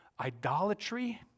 idolatry